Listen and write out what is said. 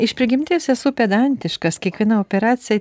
iš prigimties esu pedantiškas kiekviena operacija